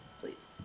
Please